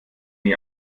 nie